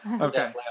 okay